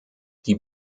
die